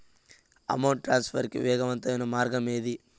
amount transfer కి వేగవంతమైన మార్గం ఏంటి